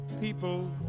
people